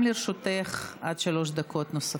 גם לרשותך עד שלוש דקות נוספות,